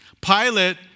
Pilate